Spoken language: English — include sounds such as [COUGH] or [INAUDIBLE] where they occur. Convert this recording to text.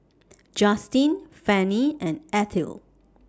[NOISE] Justine Fannie and Ethyl